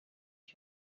iki